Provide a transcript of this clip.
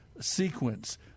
sequence